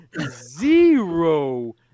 zero